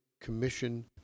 Commission